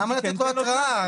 למה לתת לו התראה?